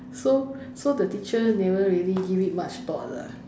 so so the teacher never really give it much thought lah